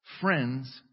Friends